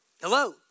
Hello